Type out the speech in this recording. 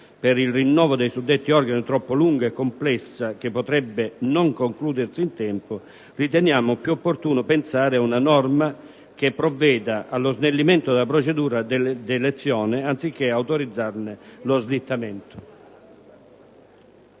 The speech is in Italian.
per il rinnovo dei suddetti organi troppo lunga e complessa che potrebbe non concludersi in tempo, riteniamo più opportuno pensare ad una norma che provveda allo snellimento della procedura di elezione, anziché autorizzarne lo slittamento.